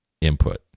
input